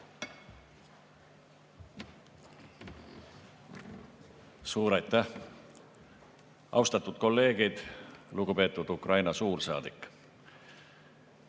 Suur aitäh! Austatud kolleegid! Lugupeetud Ukraina suursaadik!